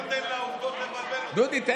אתה לא נותן לעובדות לבלבל אותך.